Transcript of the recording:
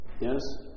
Yes